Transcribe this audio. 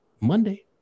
Monday